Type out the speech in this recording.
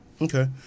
Okay